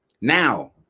Now